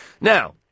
Now